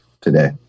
today